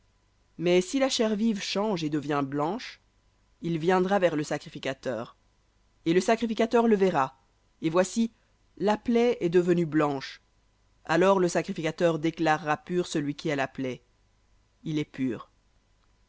mais si la chair vive change et devient blanche il viendra vers le sacrificateur et le sacrificateur le verra et voici la plaie est devenue blanche alors le sacrificateur déclarera pur la plaie il est pur